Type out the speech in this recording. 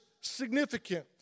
significant